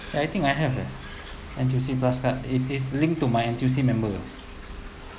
and I think I have leh N_T_U_C plus card is is linked to my N_T_U_C member